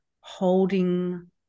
holding